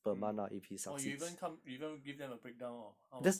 mm orh you even come you even give them a breakdown of how much